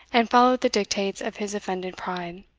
and follow the dictates of his offended pride.